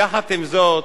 יחד עם זאת,